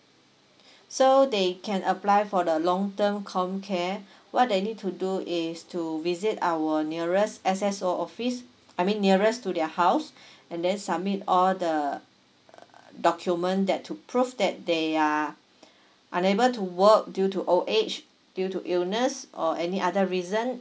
so they can apply for the long term com care what they need to do is to visit our nearest S_S_O office I mean nearest to their house and then submit all the document that to prove that they are unable to work due to old age due to illness or any other reason